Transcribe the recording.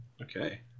okay